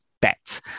bet